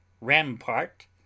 Rampart